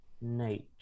nature